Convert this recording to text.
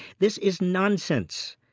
this is nonsense.